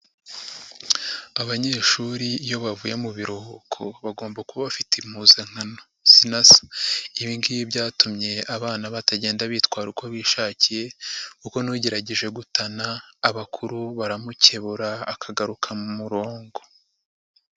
Abanyeshuri iyo bavuye mu biruhuko bagomba kuba bafite impuzankano zinasa, ibi ngibi byatumye abana batagenda bitwara uko bishakiye kuko n'ugerageje gutana abakuru baramukebura akagaruka mu murongo.